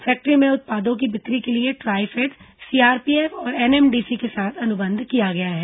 factory में उत्पादों की बिक्री के लिए ट्राईफेड सीआरपीएफ और एनएमडीसी के साथ अनुबंध किया गया है